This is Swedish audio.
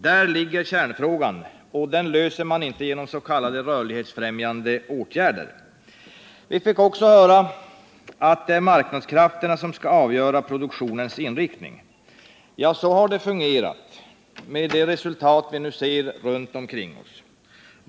Där ligger kärnproblemet, och det löser man inte genom s.k. rörlighetsfrämjande åtgärder. Vi fick också höra att marknadskrafterna skall avgöra produktionens inriktning. Ja, så har det fungerat, med det resultat som vi ser runt omkring oss.